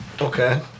Okay